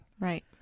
Right